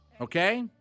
okay